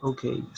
Okay